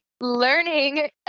learning